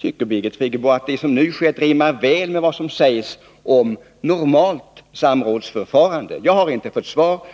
Tycker Birgit Friggebo att det som nu skett rimmar väl med vad som sägs om normalt samrådsförfaran 1 de? Jag har inte fått svar.